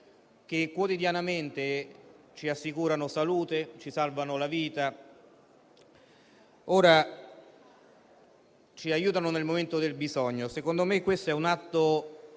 che quotidianamente ci assicurano salute, ci salvano la vita e ci aiutano nel momento del bisogno. Secondo me, questo è un atto